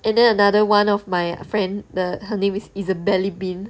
and then another one of my friend the her name is isabelle bean